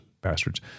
bastards